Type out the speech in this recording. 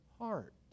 heart